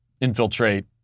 infiltrate